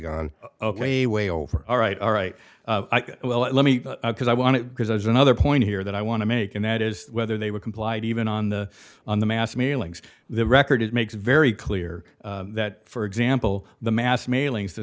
gone ok way over all right all right well let me because i want to because there's another point here that i want to make and that is whether they were complied even on the on the mass mailings the record it makes very clear that for example the mass mailings t